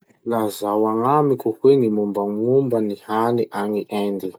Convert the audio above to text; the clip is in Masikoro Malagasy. Lazao agnamiko hoe gny mombamomba gny hany agny Indy?